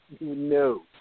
No